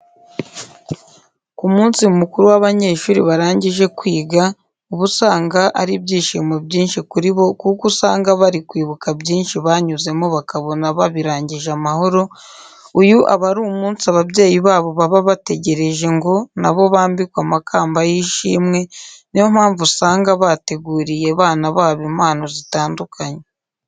Ku munsi mukuru w'abanyeshuri barangije kwiga uba usanga ari ibyishimo byinshi kuri bo kuko usanga bari kwibuka byinshi banyuzemo bakabona babirangije amahoro, uyu aba ari umunsi ababyeyi babo baba bategereje ngo na bo bambikwe amakamba y'ishimwe, ni yo mpamvu usanga bateguriye abana babo impano zitandukanye.